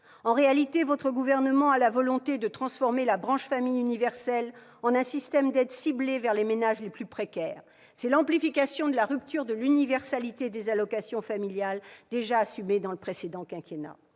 En réalité, le Gouvernement veut transformer la branche famille universelle en un système d'aide ciblée vers les ménages les plus précaires. C'est l'amplification de la rupture de l'universalité des allocations familiales déjà assumée durant le précédent quinquennat.